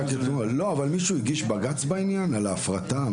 לא, אבל מישהו הגיש בג"ץ בעניין על ההפרטה?